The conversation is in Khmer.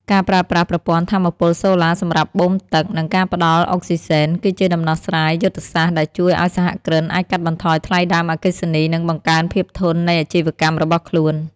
ការប្រើប្រាស់ប្រព័ន្ធថាមពលសូឡាសម្រាប់បូមទឹក និងការផ្ដល់អុកស៊ីហ្សែន គឺជាដំណោះស្រាយយុទ្ធសាស្ត្រដែលជួយឱ្យសហគ្រិនអាចកាត់បន្ថយថ្លៃដើមអគ្គិសនី និងបង្កើនភាពធន់នៃអាជីវកម្មរបស់ខ្លួន។